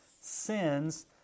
sins